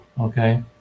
okay